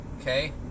Okay